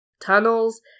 Tunnels